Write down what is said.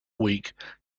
week